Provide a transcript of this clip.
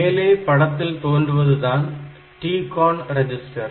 மேலே படத்தில் தோன்றுவதுதான் TCON ரெஜிஸ்டர்